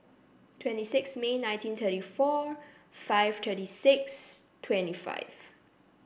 twenty six May nineteen twenty four five thirty six twenty five